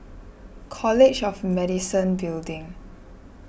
College of Medicine Building